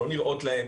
שלא נראות להם.